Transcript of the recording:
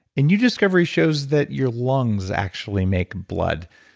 a new discovery shows that your lungs actually make blood.